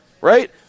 right